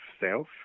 self